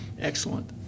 Excellent